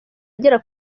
agera